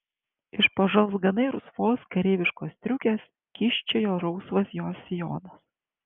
iš po žalzganai rusvos kareiviškos striukės kyščiojo rausvas jos sijonas